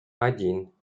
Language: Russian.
один